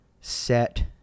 set